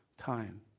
Time